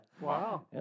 Wow